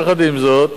יחד עם זאת,